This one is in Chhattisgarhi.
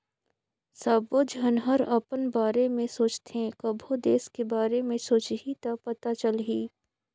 सबो झन हर अपन बारे में सोचथें कभों देस के बारे मे सोंचहि त पता चलही